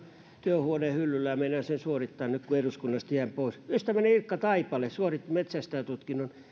työhuoneen hyllyllä ja meinaan sen suorittaa nyt kun eduskunnasta jään pois ystäväni ilkka taipale suoritti metsästäjätutkinnon